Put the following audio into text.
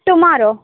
tomorrow